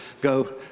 go